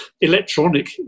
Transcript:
Electronic